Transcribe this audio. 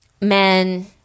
men